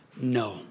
no